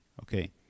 okay